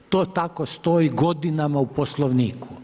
To tako stoji godinama u Poslovniku.